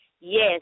yes